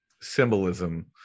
symbolism